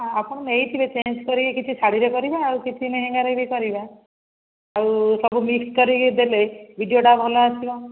ଏ ଆପଣ ନେଇଥିବେ ଚେଞ୍ଜ୍ କରି କିଛି ଶାଢ଼ୀରେ କରିବା ଆଉ କିଛି ଲେହେଙ୍ଗା ରେ ବି କରିବା ଆଉ ସବୁ ମିକ୍ସ କରିକି ଦେଲେ ଭିଡ଼ିଓ ଟା ଭଲ ଆସିବ